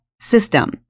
system